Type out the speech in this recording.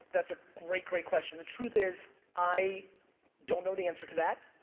that's a great, great question. the truth is i don't know the answer to that,